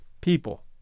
people